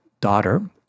daughter